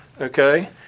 Okay